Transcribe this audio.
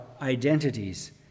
identities